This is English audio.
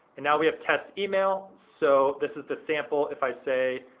and now we have test email. so this is the sample, if i say,